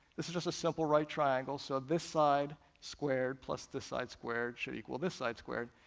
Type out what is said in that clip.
this is just a simple right triangle, so this side squared plus this side squared should equal this side squared,